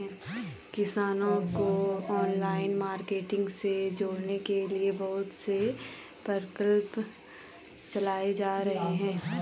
किसानों को online marketing से जोड़ने के लिए बहुत से प्रकल्प चलाए जा रहे हैं